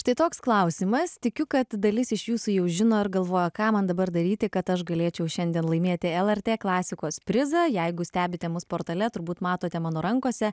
štai toks klausimas tikiu kad dalis iš jūsų jau žino ir galvoja ką man dabar daryti kad aš galėčiau šiandien laimėti lrt klasikos prizą jeigu stebite mus portale turbūt matote mano rankose